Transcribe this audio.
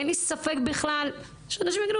אין לי ספק בכלל שאנשים יגידו,